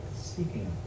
Speaking